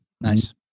Nice